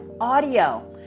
audio